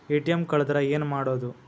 ATM ಕಳದ್ರ ಏನು ಮಾಡೋದು?